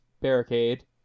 barricade